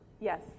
yes